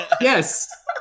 Yes